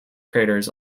craters